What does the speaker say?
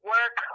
Work